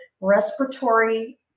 respiratory